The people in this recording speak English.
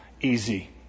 easy